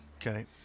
Okay